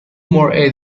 more